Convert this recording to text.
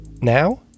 Now